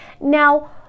Now